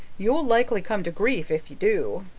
you'll likely come to grief if you do.